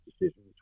decision